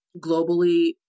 globally